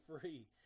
free